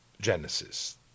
Genesis